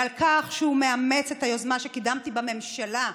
על כך שהוא מאמץ את היוזמה שקידמתי בממשלה.